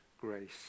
grace